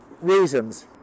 Reasons